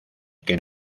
que